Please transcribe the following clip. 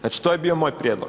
Znači to je bio moj prijedlog.